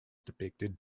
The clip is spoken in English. depicted